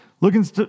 Looking